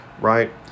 Right